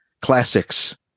classics